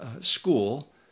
school